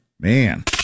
Man